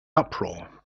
uproar